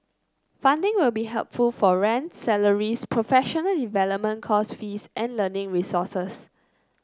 funding will be helpful for rent salaries professional development course fees and learning resources